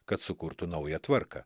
kad sukurtų naują tvarką